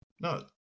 No